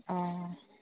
অঁ